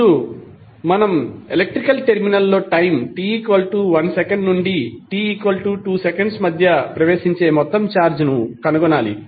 ఇప్పుడు మనం electrical terminal లో టైం t 1 సెకను నుండి t 2 సెకన్ల మధ్య ప్రవేశించే మొత్తం ఛార్జ్ ని కనుగొనాలి